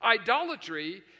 Idolatry